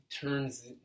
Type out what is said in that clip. turns